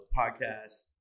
podcast